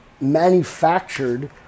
manufactured